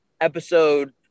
episode